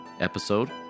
episode